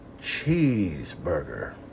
Cheeseburger